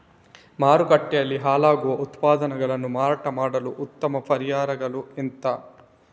ಮಾರುಕಟ್ಟೆಯಲ್ಲಿ ಹಾಳಾಗುವ ಉತ್ಪನ್ನಗಳನ್ನು ಮಾರಾಟ ಮಾಡಲು ಉತ್ತಮ ಪರಿಹಾರಗಳು ಎಂತ?